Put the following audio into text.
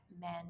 men